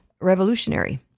revolutionary